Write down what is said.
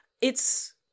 It's-